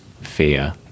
fear